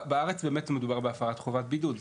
בארץ באמת מדובר בהפרת חובת בידוד,